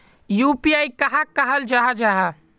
UPI कहाक कहाल जाहा जाहा?